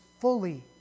fully